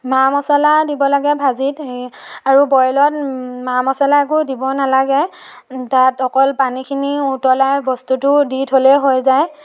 মা মছলা দিব লাগে ভাজিত আৰু বইলত মা মছলা একো দিব নালাগে তাত অকল পানীখিনি উতলাই বস্তুটো দি থ'লেই হৈ যায়